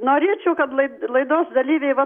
norėčiau kad laid laidos dalyviai va